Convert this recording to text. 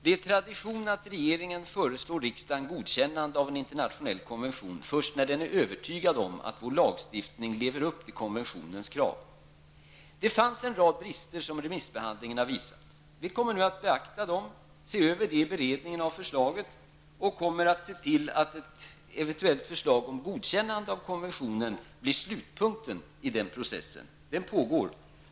Det är tradition att regeringen föreslår riksdagen godkännande av en internationell konvention först när regeringen är övertygade om att vår lagstiftning lever upp till konventionens krav. Det fanns en rad brister som remissbehandlingen har visat. Vi kommer nu att beakta dem, se över dem i beredningen av förslaget och att se till att ett eventuellt förslag om godkännande av konventionen blir slutpunkten i den process som pågår.